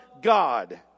God